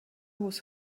was